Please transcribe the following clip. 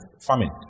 famine